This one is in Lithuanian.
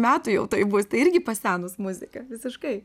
metų jau tuoj bus tai irgi pasenus muzika visiškai